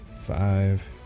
five